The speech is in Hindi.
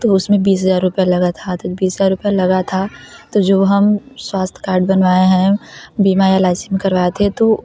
तो उसमें बीस हज़ार रुपया लगा था तो बीस हज़ार रुपया लगा था तो जो हम स्वास्थय कार्ड बनवाए हैं बीमा एल आई सी में करवाए थे तो